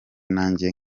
nanjye